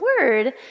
word